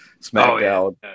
SmackDown